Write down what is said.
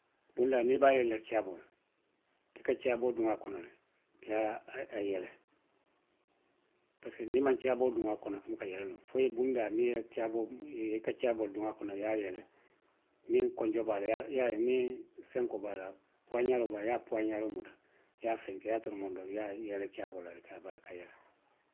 Bundaa niw i be a yele la caaboo la. i ka caaboo duw a kono le, i ye a yele. Parisiko niw i maw caaboo duw a kono, a buka yele noo. Fo i ye bundaa, fo i ye caaboo duw a kono i ye a yele. Niw konjoo be a la i ye a yele, niw fenkoo be a la, puwaaxaaroo be a la, i ye a puwaaxaaroo muta, i ye a toromonda, iye a fenke i ye a toromonda, i ye a yele, i ye caaboo laandi abaraka iyoo.